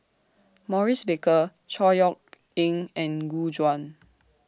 Maurice Baker Chor Yeok Eng and Gu Juan